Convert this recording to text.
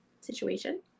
situation